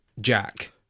Jack